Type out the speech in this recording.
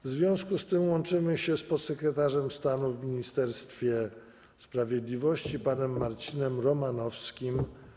W związku z tym łączymy się z podsekretarzem stanu w Ministerstwie Sprawiedliwości panem Marcinem Romanowskim.